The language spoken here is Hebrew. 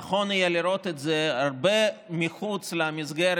נכון יהיה לראות את זה הרבה מחוץ למסגרת